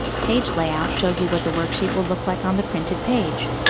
page layout shows you what the worksheet will look like on the printed page.